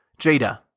Jada